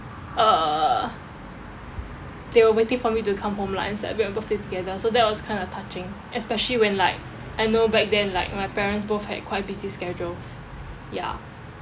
uh they were waiting for me to come home lah and celebrate my birthday together so that was kind of touching especially when like I know back then like my parents both had quite busy schedules ya